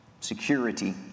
security